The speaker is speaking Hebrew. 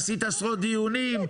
עשית עשרות דיונים,